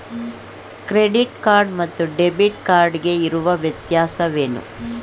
Credit card ಮತ್ತು debit card ಗೆ ಇರುವ ವ್ಯತ್ಯಾಸವೇನು?